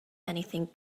anything